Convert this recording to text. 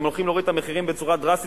אתם הולכים להוריד את המחירים בצורה דרסטית,